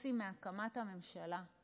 וחצי מהקמת הממשלה,